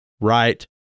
right